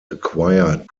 acquired